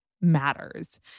matters